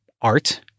art